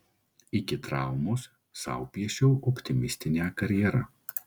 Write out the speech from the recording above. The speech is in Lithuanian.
iki traumos sau piešiau optimistinę karjerą